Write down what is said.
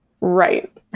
right